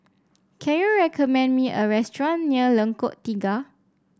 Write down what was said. can you recommend me a restaurant near Lengkok Tiga